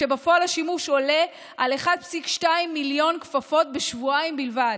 כשבפועל השימוש עולה על 1.2 מיליון כפפות בשבועיים בלבד.